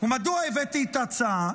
ומדוע הבאתי את ההצעה?